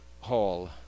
hall